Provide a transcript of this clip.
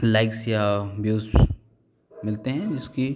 likes या views मिलते हैं जिसकी